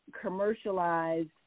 commercialized